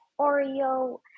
Oreo